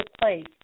place